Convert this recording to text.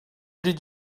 did